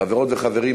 חברות וחברים,